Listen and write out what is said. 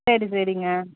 சரி சரிங்க